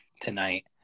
tonight